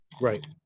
Right